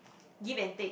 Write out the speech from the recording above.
give and take